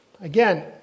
Again